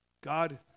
God